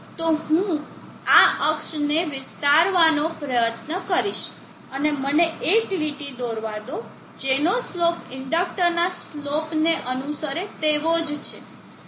તો હું આ અક્ષને વિસ્તારવાનો પ્રયત્ન કરીશ અને મને એક લીટી દોરવા દો જેનો સ્લોપ ઇન્ડકટર ના સ્લોપ ને અનુસરે તેવો જ છે